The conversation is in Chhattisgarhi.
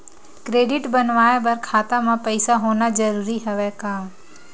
क्रेडिट बनवाय बर खाता म पईसा होना जरूरी हवय का?